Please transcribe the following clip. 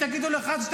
תגידו לו: אחת,